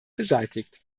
beseitigt